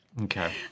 Okay